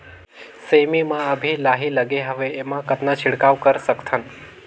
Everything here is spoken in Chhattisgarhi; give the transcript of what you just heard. सेमी म अभी लाही लगे हवे एमा कतना छिड़काव कर सकथन?